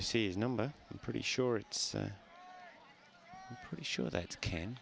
to see his number i'm pretty sure it's pretty sure that can